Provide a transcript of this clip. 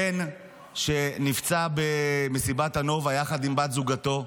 בן, שנפצע במסיבת הנובה יחד עם בת זוגו,